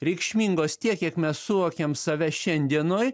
reikšmingos tiek kiek mes suvokiam save šiandienoj